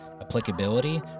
applicability